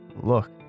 look